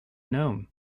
gnome